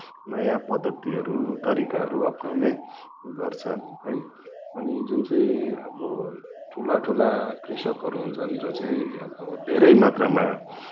नयाँ पद्धतिहरू तरिकाहरू अप्नाउने गर्छन् है अनि जुन चाहिँ अब ठुला ठुला कृषकहरू हुन्छन् जो चाहिँ अब धेरै मात्रामा